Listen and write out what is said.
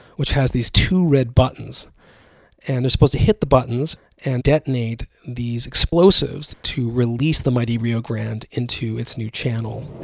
which has these two red buttons and they're supposed to hit the buttons and detonate these explosives to release the mighty rio grande into its new channel